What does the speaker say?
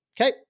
Okay